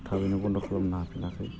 थाबैनो बन्द' खालामनो हाफिनाखै